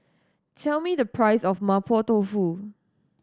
tell me the price of Mapo Tofu